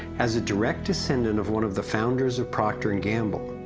as a direct descendant of one of the founders of procter and gamble,